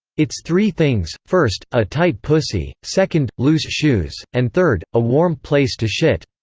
it's three things first, a tight pussy second, loose shoes and third, a warm place to shit.